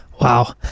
Wow